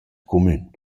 cumün